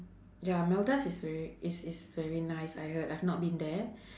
ya maldives is very is is very nice I heard I've not been there